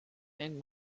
and